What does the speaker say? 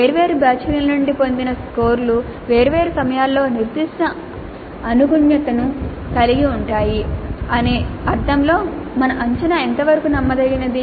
వేర్వేరు బ్యాచ్ల నుండి పొందిన స్కోర్లు వేర్వేరు సమయాల్లో నిర్దిష్ట అనుగుణ్యతను కలిగి ఉంటాయి అనే అర్థంలో మా అంచనా ఎంతవరకు నమ్మదగినది